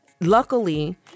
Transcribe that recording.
luckily